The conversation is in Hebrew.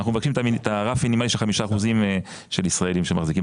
אנחנו מבקשים את הרף המינימלי של 5 אחוזים של ישראלים שמחזיקים.